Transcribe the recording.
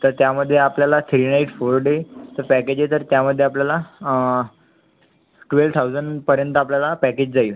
तर त्यामध्ये आपल्याला थ्री नाईट्स फोर डेचं पॅकेज आहे तर त्यामध्ये आपल्याला ट्वेल्व थाउजंडपर्यंत आपल्याला पॅकेज जाईल